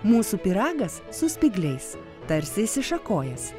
mūsų pyragas su spygliais tarsi išsišakojęs